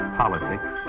politics